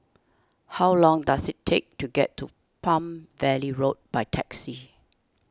how long does it take to get to Palm Valley Road by taxi